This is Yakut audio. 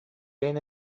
иһин